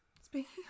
Speaking